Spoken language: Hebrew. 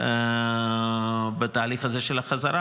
בתהליך החזרה,